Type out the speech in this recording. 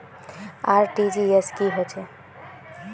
RTGS की होचए?